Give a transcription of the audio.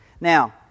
Now